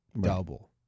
double